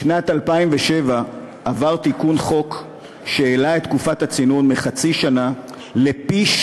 בשנת 2007 עבר תיקון חוק שהעלה את תקופת הצינון מחצי שנה לפי-שישה,